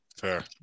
Fair